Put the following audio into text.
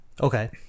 Okay